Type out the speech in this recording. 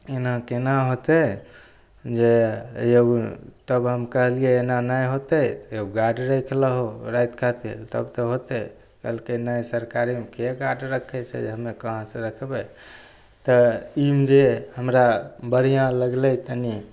एना कोना होतै जे एगो तब हम कहलिए एना नहि होतै तऽ एगो गार्ड राखि लहो राति खातिर तब तऽ होतै कहलकै नहि सरकारीमे के गार्ड राखै छै जे हमे कहाँसे रखबै तऽ ई मे जे हमरा बढ़िआँ लागलै तनि